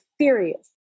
serious